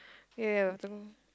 ya ya ya we are talking